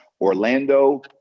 Orlando